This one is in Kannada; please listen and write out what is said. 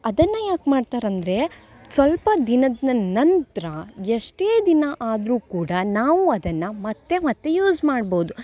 ಅದನ್ನು ಯಾಕೆ ಮಾಡ್ತಾರಂದರೆ ಸ್ವಲ್ಪ ದಿನದ್ನ ನಂತರ ಎಷ್ಟೇ ದಿನ ಆದರೂ ಕೂಡ ನಾವು ಅದನ್ನು ಮತ್ತೆ ಮತ್ತೆ ಯೂಸ್ ಮಾಡ್ಬೌದು